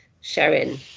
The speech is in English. Sharon